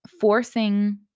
forcing